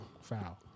foul